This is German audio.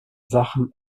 sachen